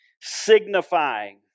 Signifying